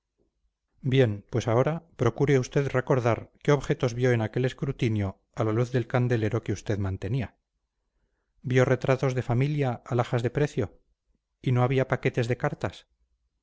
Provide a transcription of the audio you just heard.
bien pues ahora procure usted recordar qué objetos vio en aquel escrutinio a la luz del candelero que usted mantenía vio retratos de familia alhajas de precio y no había paquetes de cartas